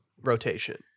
rotation